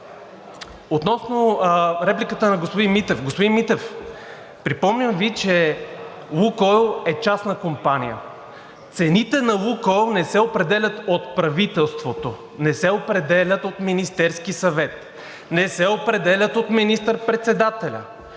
Относно репликата на господин Митев. Господин Митев, припомням Ви, че „Лукойл“ е частна компания. Цените на „Лукойл“ не се определят от правителството, не се определят от Министерския съвет, не се определят от министър-председателя.